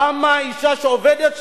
למה אשה שעובדת,